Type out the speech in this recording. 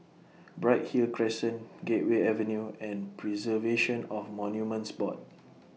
Bright Hill Crescent Gateway Avenue and Preservation of Monuments Board